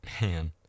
Man